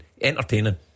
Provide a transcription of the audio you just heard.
entertaining